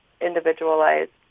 individualized